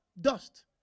dust